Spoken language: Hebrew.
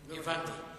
הבנתי.